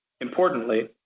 Importantly